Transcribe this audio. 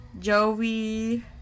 Joey